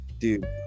Dude